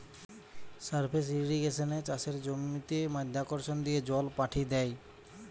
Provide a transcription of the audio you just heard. surface ইর্রিগেশনে চাষের জমিতে মাধ্যাকর্ষণ দিয়ে জল পাঠি দ্যায়